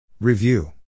Review